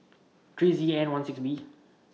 three Z N one six B